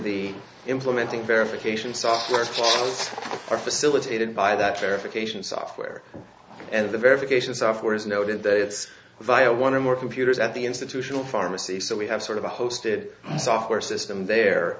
the implementing verification software are facilitated by that verification software and the verification software is noted that it's via one of more computers at the institutional pharmacy so we have sort of a hosted software system there